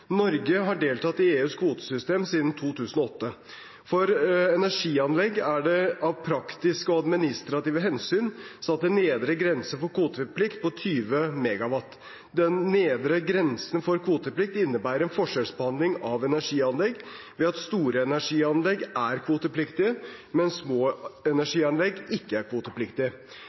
Norge har deltatt i EUs kvotesystem siden 2008. For energianlegg er det av praktiske og administrative hensyn satt en nedre grense for kvoteplikt på 20 MW. Den nedre grensen for kvoteplikt innebærer en forskjellsbehandling av energianlegg ved at store energianlegg er kvotepliktige, mens små energianlegg ikke er